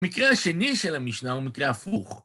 מקרה השני של המשנה הוא מקרה הפוך.